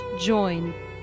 join